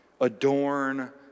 adorn